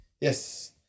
Yes